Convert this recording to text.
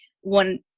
one